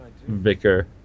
Vicar